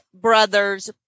Brothers